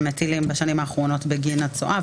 שהם הטילו בשנים האחרונות בגין הצואה.